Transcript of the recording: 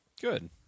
Good